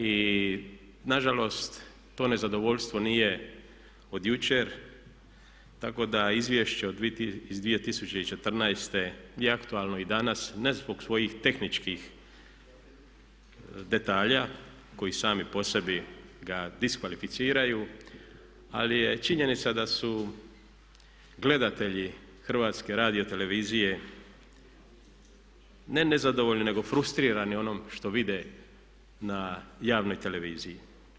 I nažalost to nezadovoljstvo nije od jučer tako da izvješće iz 2014. je aktualno i danas ne zbog svojih tehničkih detalja koji sami po sebi ga diskvalificiraju ali je činjenica da su gledatelji HRT-a ne nezadovoljni nego frustrirani onim što vide na javnoj televiziji.